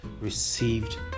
received